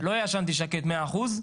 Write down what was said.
לא ישנתי שקט מאה אחוז.